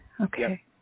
Okay